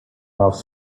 off